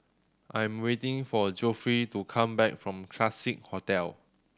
I am waiting for Geoffrey to come back from Classique Hotel